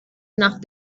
nach